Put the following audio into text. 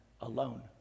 alone